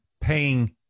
paying